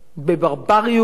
בברבריות